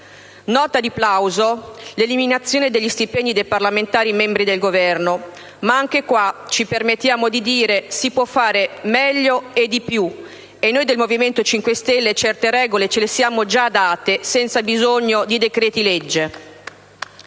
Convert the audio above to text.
Nota di plauso è l'eliminazione degli stipendi dei parlamentari membri del Governo. Ma, anche qui, ci permettiamo di dire che si può fare meglio e di più. Noi del Movimento Cinque Stelle certe regole ce le siamo già date senza bisogno di decreti‑legge.